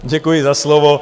Děkuji za slovo.